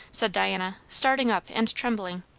said diana, starting up and trembling.